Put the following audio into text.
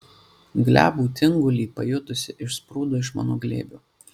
glebų tingulį pajutusi išsprūdo iš mano glėbio